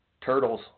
Turtles